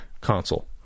console